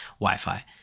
Wi-Fi